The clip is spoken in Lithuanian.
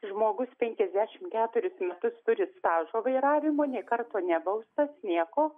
žmogus penkiasdešimt keturis metus turi stažo vairavimo nė karto nebaustas nieko